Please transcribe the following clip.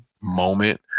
moment